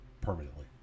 permanently